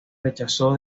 rechazó